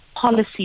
policy